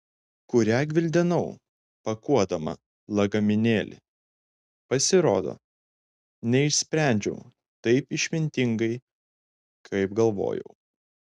kurią gvildenau pakuodama lagaminėlį pasirodo neišsprendžiau taip išmintingai kaip galvojau